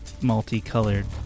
multicolored